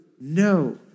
No